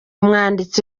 umwanditsi